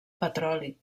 petroli